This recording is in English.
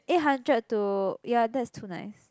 eight hundred to ya that is too nice